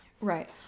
Right